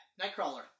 Nightcrawler